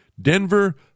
Denver